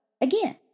again